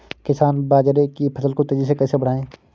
किसान बाजरे की फसल को तेजी से कैसे बढ़ाएँ?